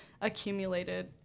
accumulated